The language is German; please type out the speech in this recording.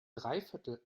dreiviertel